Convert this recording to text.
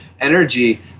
energy